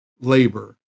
labor